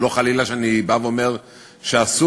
לא חלילה שאני בא ואומר שאסור,